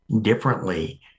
differently